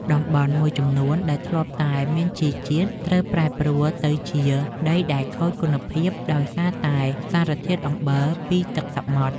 តំបន់មួយចំនួនដែលធ្លាប់តែមានជីជាតិត្រូវប្រែប្រួលទៅជាដីដែលខូចគុណភាពដោយសារតែសារធាតុអំបិលពីទឹកសមុទ្រ។